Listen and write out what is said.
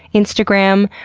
instagram,